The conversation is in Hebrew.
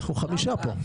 אנחנו חמישה פה.